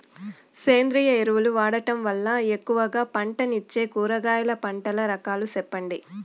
సేంద్రియ ఎరువులు వాడడం వల్ల ఎక్కువగా పంటనిచ్చే కూరగాయల పంటల రకాలు సెప్పండి?